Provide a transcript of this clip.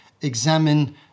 examine